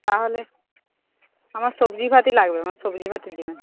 তাহলে আমার সবজি ভাতই লাগবে সবজি ভাতই দেবেন